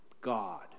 God